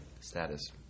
status